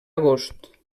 agost